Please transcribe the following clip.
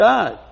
God